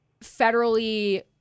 federally